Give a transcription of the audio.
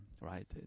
right